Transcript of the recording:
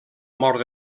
mort